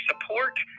support